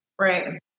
Right